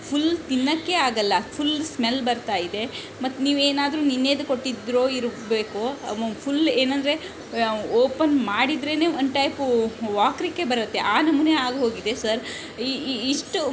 full ತಿನ್ನೋಕೆ ಆಗಲ್ಲ full smell ಬರ್ತಾ ಇದೆ ಮತ್ತೆ ನೀವೇನಾದರು ನಿನ್ನೆದು ಕೊಟ್ಟಿದ್ದರೊ ಇರಬೇಕು ಫುಲ್ ಏನೆಂದ್ರೆ ಓಪನ್ ಮಾಡಿದ್ರೆ ಒನ್ ಟೈಪೂ ವಾಕರಿಕೆ ಬರುತ್ತೆ ಆ ನಮೂನೆ ಆಗಿ ಹೋಗಿದೆ ಸರ್ ಇಷ್ಟು